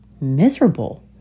miserable